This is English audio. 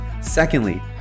Secondly